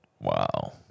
Wow